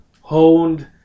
honed